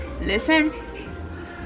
listen